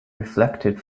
reflected